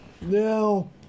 No